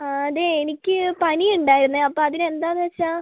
അതെ എനിക്ക് പനി ഉണ്ടായിരുന്നേ അപ്പോൾ അതിന് എന്താന്ന് വെച്ചാൽ